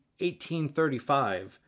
1835